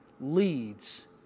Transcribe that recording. leads